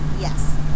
yes